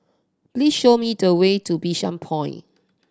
please show me the way to Bishan Point